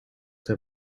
ter